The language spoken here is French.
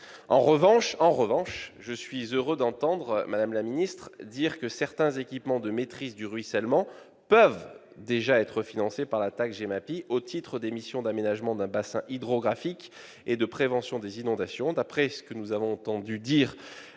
En revanche, je suis heureux d'entendre Mme la ministre affirmer que certains équipements de maîtrise du ruissellement peuvent déjà être financés par la taxe GEMAPI, au titre des missions d'aménagement d'un bassin hydrographique et de prévention des inondations. D'après ce que nous avons entendu dire lors des